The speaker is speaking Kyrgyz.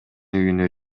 үйүнө